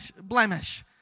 blemish